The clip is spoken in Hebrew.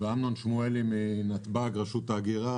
גם תודות לאמנון שמואלי מנתב"ג מרשות ההגירה.